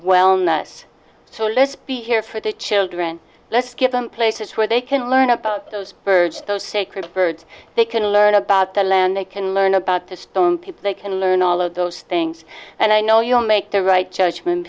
wellness so let's be here for the children let's give them places where they can learn about those birds those sacred birds they can learn about the land they can learn about the stone people they can learn all of those things and i know you'll make the right judgment